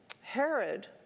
Herod